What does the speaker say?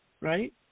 Right